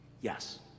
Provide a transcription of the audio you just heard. yes